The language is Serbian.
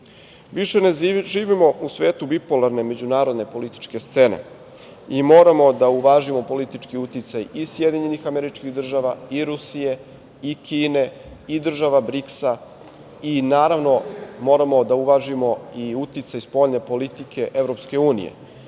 Više ne živimo u svetu bipolarne međunarodne političke scene i moramo da uvažimo politički uticaj i SAD, i Rusije, i Kine, i država Briksa i naravno moramo da uvažimo i uticaj spoljne politike EU. Svedoci